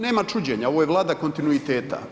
Nema čuđenja, ovo je vlada kontinuiteta.